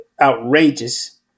outrageous